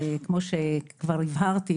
כמו שגם הבהרתי,